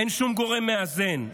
אין שום גורם מאזן.